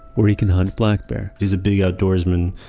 where he can hunt black bear he's a big outdoorsman.